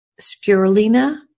spirulina